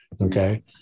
Okay